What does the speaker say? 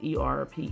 ERP